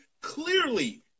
clearly